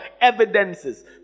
evidences